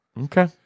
Okay